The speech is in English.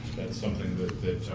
something that